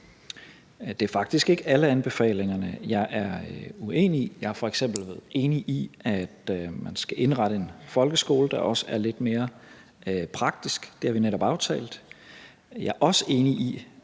Det er faktisk ikke alle anbefalingerne, jeg er uenig i. Jeg er f.eks. enig i, at man skal indrette en folkeskole, der også er lidt mere praktisk. Det har vi netop aftalt. Jeg er også enig i